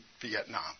Vietnam